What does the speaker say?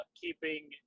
keeping